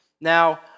Now